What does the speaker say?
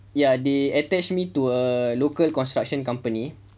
ya they attach me to a local construction company